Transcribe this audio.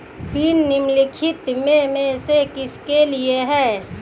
Pin निम्नलिखित में से किसके लिए है?